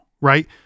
right